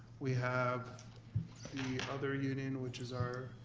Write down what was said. we have the other union which is our